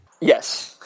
Yes